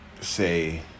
say